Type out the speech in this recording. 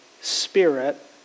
Spirit